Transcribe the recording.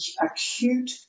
acute